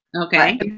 Okay